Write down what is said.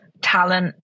talent